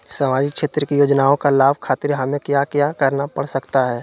सामाजिक क्षेत्र की योजनाओं का लाभ खातिर हमें क्या क्या करना पड़ सकता है?